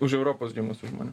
už europos gimusių žmonių